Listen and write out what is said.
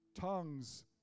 tongues